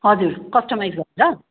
हजुर कस्टमाइज्ड गरेर